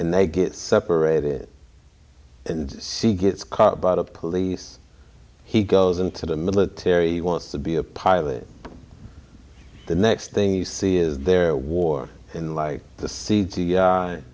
and they get separated and see gets caught by the police he goes into the military wants to be a pilot the next thing you see is there war unlike the